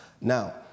Now